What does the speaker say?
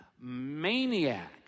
maniac